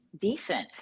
decent